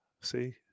See